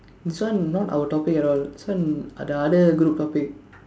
this one not our topic at all this one the other group topic